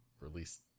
release